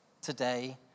today